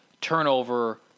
turnover